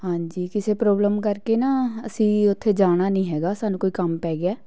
ਹਾਂਜੀ ਕਿਸੇ ਪ੍ਰੋਬਲਮ ਕਰਕੇ ਨਾ ਅਸੀਂ ਉਥੇ ਜਾਣਾ ਨਹੀਂ ਹੈਗਾ ਸਾਨੂੰ ਕੋਈ ਕੰਮ ਪੈ ਗਿਆ